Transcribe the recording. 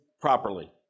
properly